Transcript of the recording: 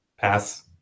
pass